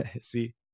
See